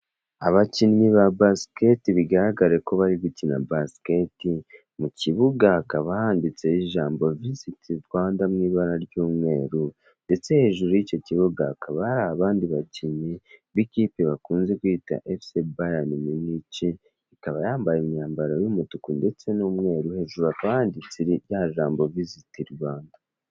Abakinnyi ba basiketi bigaragara ko bari gukina basiketi, mu kibuga hakaba handitseho ijambo viziti Rwanda mu ibara ry'umweru ndetse hejuru y'icyo kibuga hakaba hari abandi bakinnyi b'ikipe bakunze kwita efuse bayanimunice, ikaba yambaye imyambaro y'umutuku ndetse n'umweru, hejuru hakaba handitse rya jambo viziti Rwanda.